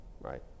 Right